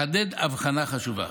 אחדד הבחנה חשובה: